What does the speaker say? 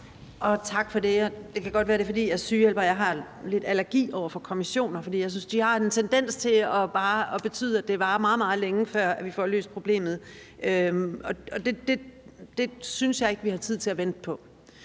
Tak for det. Det kan godt være, det er, fordi jeg er sygehjælper, at jeg har lidt allergi over for kommissioner, for jeg synes, de har en tendens til bare at betyde, at det varer meget, meget længe, før vi får løst problemet. Det synes jeg ikke vi har tid til at vente på.